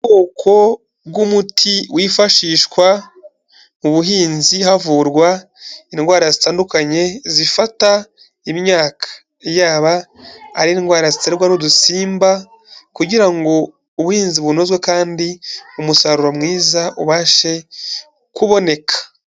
Ubwoko bw'umuti wifashishwa mu buhinzi havurwa indwara zitandukanye zifata imyaka, yaba ari indwara ziterwa n'udusimba kugira ngo ubuhinzi bunozwe kandi umusaruro mwiza ubashe kuboneka.